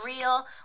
real